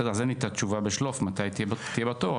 אז כרגע אין לי בשלוף את התשובה איפה אתם בתור,